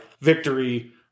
victory